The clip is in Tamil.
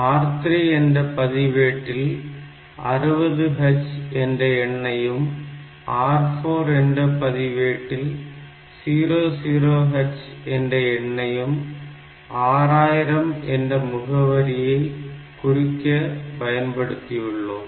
R3 என்ற பதிவேட்டில் 60H என்ற எண்ணையும் R4 என்ற பதிவேட்டில் 00H என்ற எண்ணையும் 6000 என்ற முகவரியை குறிக்க பயன்படுத்தியுள்ளோம்